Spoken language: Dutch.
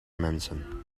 mensen